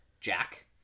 Jack